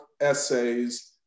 essays